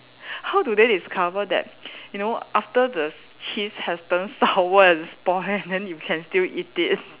how do they discover that you know after the cheese has turn sour and spoil and then you can still eat it